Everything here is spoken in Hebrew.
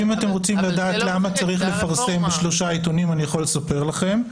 אם אתם רוצים לדעת למה צריך לפרסם בשלושה עיתונים אני יכול לספר לכם.